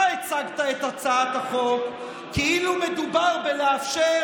אתה הצגת את הצעת החוק כאילו מדובר בלאפשר